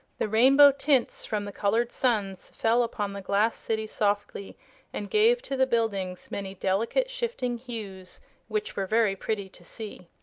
the rainbow tints from the colored suns fell upon the glass city softly and gave to the buildings many delicate, shifting hues which were very pretty to see.